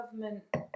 government